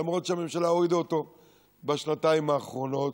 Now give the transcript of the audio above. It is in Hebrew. למרות שהממשלה הורידה אותו בשנתיים האחרונות